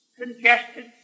congested